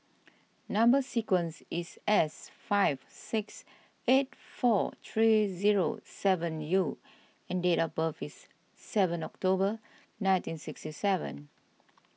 Number Sequence is S five six eight four three zero seven U and date of birth is seven October nineteen sixty seven